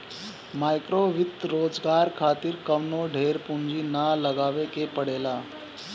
माइक्रोवित्त रोजगार खातिर कवनो ढेर पूंजी ना लगावे के पड़ेला